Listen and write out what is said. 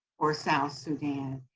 or south sudan.